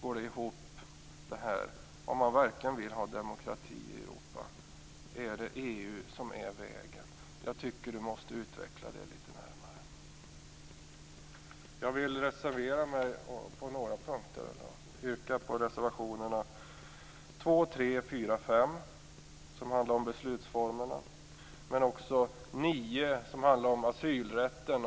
Är EU vägen till demokrati i Europa? Isa Halvarsson måste utveckla den saken närmare. Jag vill reservera mig på några punkter. Jag yrkar bifall till reservationerna 2, 3, 4 och 5, som handlar om beslutsformerna, men också 9, som handlar om asylrätten.